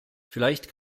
vielleicht